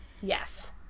Yes